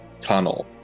tunnel